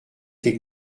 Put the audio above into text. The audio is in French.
tes